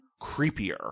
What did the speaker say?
creepier